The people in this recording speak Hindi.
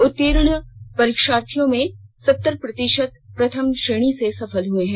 उत्तीर्ण परीक्षार्थियों में सत्तर प्रतिषत प्रथम श्रेणी से सफल हुए है